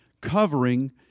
covering